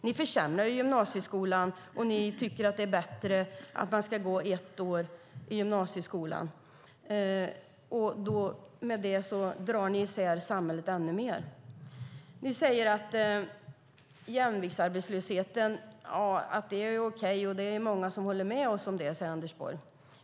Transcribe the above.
Ni försämrar gymnasieskolan, och ni tycker att det är bättre att gå ett år i gymnasieskolan. Så drar ni isär samhället ännu mer. Anders Borg säger att jämviktsarbetslöshet är okej och att många håller med om det.